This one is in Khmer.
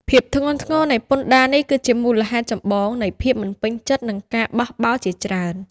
ភាពធ្ងន់ធ្ងរនៃពន្ធដារនេះគឺជាមូលហេតុចម្បងនៃភាពមិនពេញចិត្ត និងការបះបោរជាច្រើន។